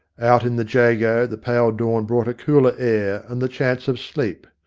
out in the jago the pale dawn brought a cooler air and the chance of sleep.